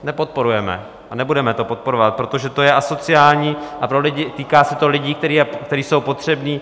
Nepodporujeme a nebudeme to podporovat, protože to je asociální a týká se to lidí, kteří jsou potřební.